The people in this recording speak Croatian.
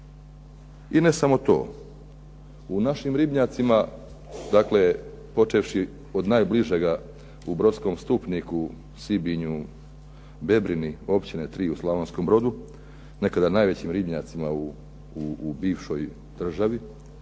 I ne samo to, u našim ribnjacima, počevši od najbližega u Brodskom Stupniku, Sibinju, BEbrini, općine Trilj u Slavonskom brodu nekada najvećim ribnjacima u našoj državi,